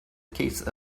case